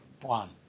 one